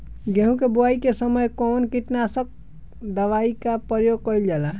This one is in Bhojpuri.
गेहूं के बोआई के समय कवन किटनाशक दवाई का प्रयोग कइल जा ला?